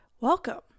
welcome